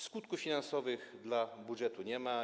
Skutków finansowych dla budżetu nie ma.